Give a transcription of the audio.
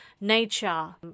nature